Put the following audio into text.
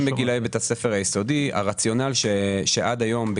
היועצת המשפטית אמרה.